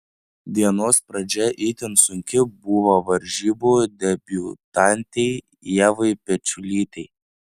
dienos pradžia itin sunki buvo varžybų debiutantei ievai pečiulytei